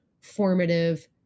formative